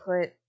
put